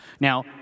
Now